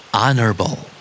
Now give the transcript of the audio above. honorable